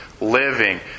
living